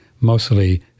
mostly